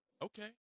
Okay